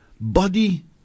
body